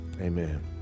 Amen